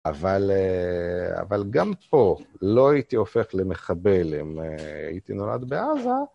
אבל גם פה לא הייתי הופך למחבל, הייתי נועד בעזה.